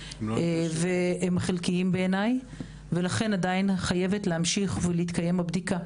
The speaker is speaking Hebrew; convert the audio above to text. והם חלקיים בעיני ולכן עיין חייבת להמשיך ולהתקיים הבדיקה.